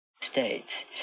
states